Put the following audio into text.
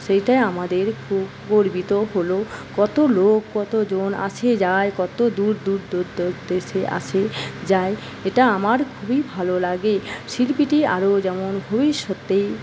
সেইটায় আমাদের খুব গর্বিত হলো কত লোক কত জন আসে যায় কত দূর দূর দূর দূর দেশে আসে যায় এটা আমার খুবই ভালো লাগে শিল্পীটি আরও যেমন ভবিষ্যতেই